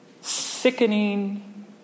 sickening